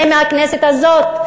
זה מהכנסת הזאת.